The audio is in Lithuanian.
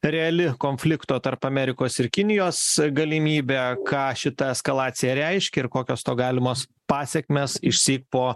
reali konflikto tarp amerikos ir kinijos galimybė ką šita eskalacija reiškia ir kokios to galimos pasekmės išsyk po